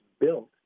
built